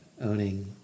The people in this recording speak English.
owning